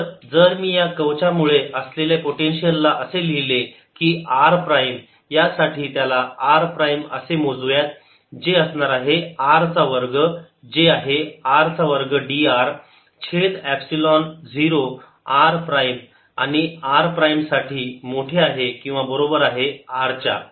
तर जर मी या कवच यामुळे असलेल्या पोटेन्शियल ला असे लिहिले की r प्राईम साठी त्याला r प्राईम असे मोजू यात जे असणार आहे r वर्ग जे आहे r चा वर्ग dr छेद epsilon 0 r prime R prime साठी मोठे आहे किंवा बरोबर आहे r च्या